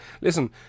listen